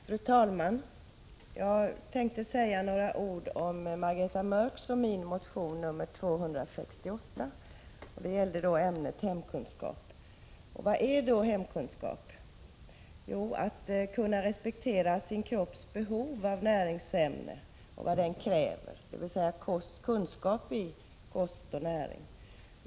Fru talman! Jag vill säga några ord om Margareta Mörcks och min motion 268 beträffande hemkunskap. Vad är då hemkunskap? Jo, att kunna respektera sin kropps behov av näringsämnen och att ha kunskaper om kost och näring.